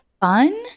fun